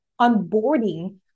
onboarding